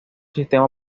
sistema